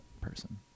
person